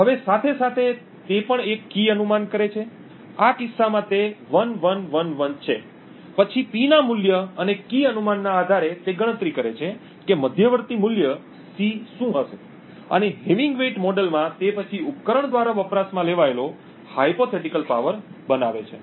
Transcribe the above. હવે સાથે સાથે તે પણ એક કી અનુમાન કરે છે આ કિસ્સામાં તે 1111 છે અને પછી P ના મૂલ્ય અને કી અનુમાનના આધારે તે ગણતરી કરે છે કે મધ્યવર્તી મૂલ્ય C શું હશે અને હેમિંગ વેઇટ મોડેલમાં તે પછી ઉપકરણ દ્વારા વપરાશમાં લેવાયેલો કાલ્પનિક શક્તિ બનાવે છે